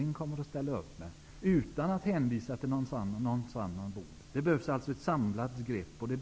Jag hoppas att Börje Hörnlund kan göra det utan att hänvisa till någon annans bord. Det behövs alltså ett samlat grepp.